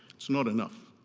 it's not enough.